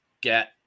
get